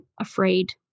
afraid